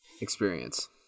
experience